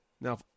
Now